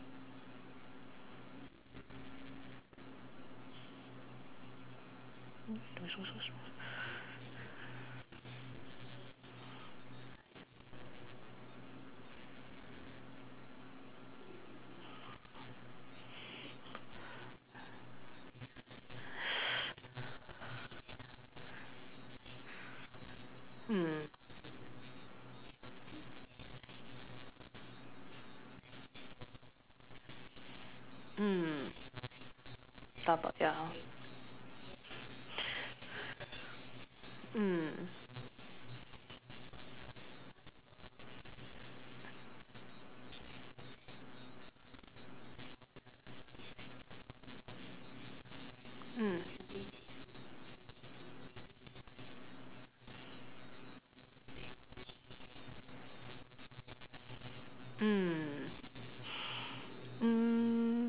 mm mm dabao ya mm mm mm